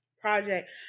project